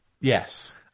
Yes